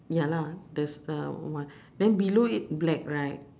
ya lah there's uh then below it black right